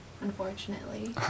unfortunately